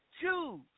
Choose